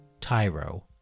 Tyro